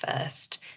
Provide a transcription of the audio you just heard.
first